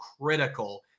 critical